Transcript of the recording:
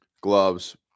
gloves